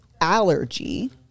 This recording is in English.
allergy